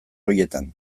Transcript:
horietan